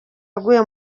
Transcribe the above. waguye